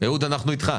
אנחנו איתך.